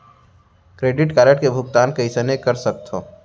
Credit card के भुगतान कईसने कर सकथो?